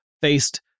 faced